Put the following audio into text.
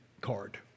card